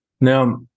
Now